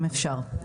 אם אפשר,